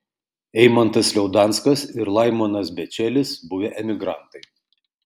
eimantas liaudanskas ir laimonas bečelis buvę emigrantai